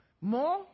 More